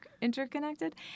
interconnected